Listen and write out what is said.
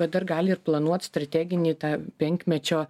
bet dar gali ir planuot strateginį tą penkmečio